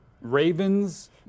Ravens